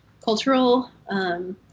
cultural